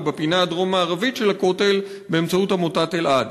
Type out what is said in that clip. ובפינה הדרום-מערבית של הכותל באמצעות עמותת אלע"ד.